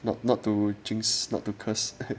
not not to jinx not to curse